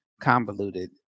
convoluted